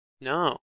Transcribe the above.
No